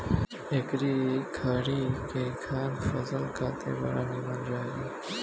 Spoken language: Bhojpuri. एकरी खरी के खाद फसल खातिर बड़ा निमन रहेला